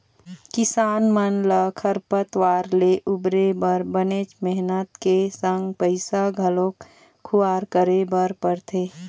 किसान मन ल खरपतवार ले उबरे बर बनेच मेहनत के संग पइसा घलोक खुवार करे बर परथे